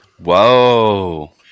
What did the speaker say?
Whoa